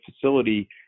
facility